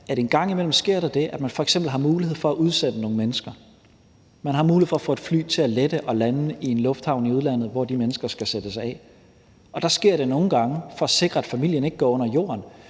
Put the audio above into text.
der en gang imellem sker det, at man f.eks. har mulighed for at udsende nogle mennesker, at man har mulighed for at få et fly til at lette og lande i en lufthavn i udlandet, hvor de mennesker skal sættes af. Der sker det nogle gange for at sikre, at familien ikke går under jorden,